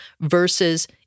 versus